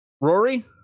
Rory